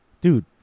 Dude